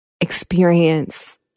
experience